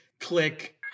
Click